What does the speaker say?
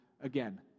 again